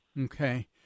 Okay